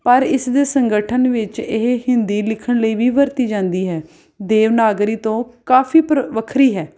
ਪਰ ਇਸ ਦੇ ਸੰਗਠਨ ਵਿੱਚ ਇਹ ਹਿੰਦੀ ਲਿਖਣ ਲਈ ਵੀ ਵਰਤੀ ਜਾਂਦੀ ਹੈ ਦੇਵਨਾਗਰੀ ਤੋਂ ਕਾਫ਼ੀ ਪ੍ਰ ਵੱਖਰੀ ਹੈ